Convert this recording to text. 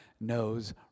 knows